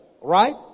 right